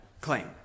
claim